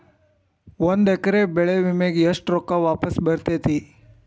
ಒಂದು ಎಕರೆ ಬೆಳೆ ವಿಮೆಗೆ ಎಷ್ಟ ರೊಕ್ಕ ವಾಪಸ್ ಬರತೇತಿ?